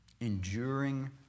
Enduring